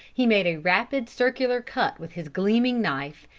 he made a rapid circular cut with his gleaming knife,